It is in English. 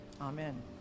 Amen